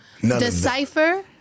decipher